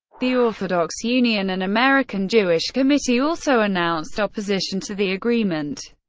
the orthodox union and american jewish committee also announced opposition to the agreement.